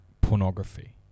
Pornography